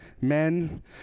Men